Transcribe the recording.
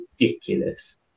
ridiculous